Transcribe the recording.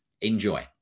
Enjoy